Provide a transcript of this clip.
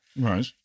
Right